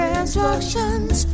instructions